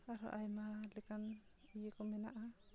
ᱟᱨᱦᱚᱸ ᱟᱭᱢᱟ ᱞᱮᱠᱟᱱ ᱤᱭᱟᱹ ᱠᱚ ᱢᱮᱱᱟᱜᱼᱟ